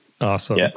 Awesome